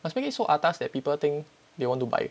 must make it so atas that people think they want to buy